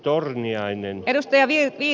kannatan edustaja virpi